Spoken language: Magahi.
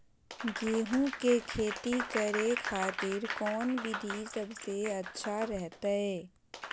गेहूं के खेती करे खातिर कौन विधि सबसे अच्छा रहतय?